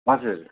हजुर